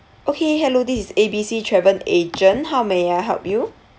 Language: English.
okay hello this is A B C travel agent how may I help you